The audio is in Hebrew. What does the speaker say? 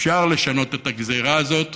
אפשר לשנות את הגזרה הזאת